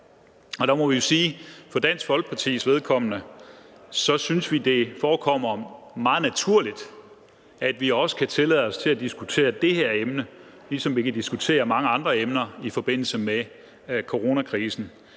i Dansk Folkeparti synes, det forekommer meget naturligt, at vi også kan tillade os at diskutere det her emne, ligesom vi kan diskutere mange andre emner i forbindelse med coronakrisen.